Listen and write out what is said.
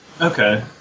Okay